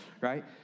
right